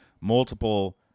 multiple